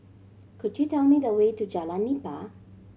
could you tell me the way to Jalan Nipah